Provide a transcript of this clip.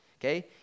okay